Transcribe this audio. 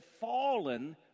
fallen